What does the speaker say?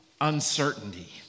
uncertainty